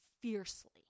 fiercely